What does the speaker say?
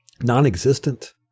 Non-existent